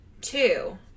Two